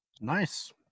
Nice